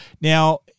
Now